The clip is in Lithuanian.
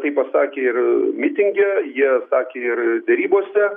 tai pasakė ir mitinge jie sakė ir derybose